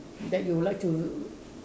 that you like to